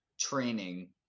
training